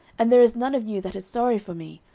and there is none of you that is sorry for me,